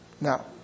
Now